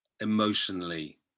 emotionally